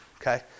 okay